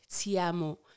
Tiamo